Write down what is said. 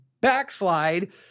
backslide